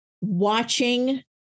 watching